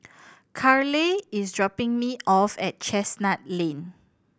Carleigh is dropping me off at Chestnut Lane